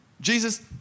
Jesus